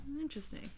Interesting